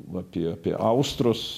va apie apie austrus